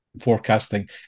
forecasting